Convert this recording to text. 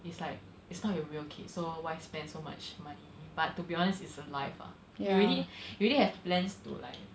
it's like it's not your real kid so why spend so much money but to be honest it's a life ah you already you already have plans to like